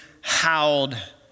howled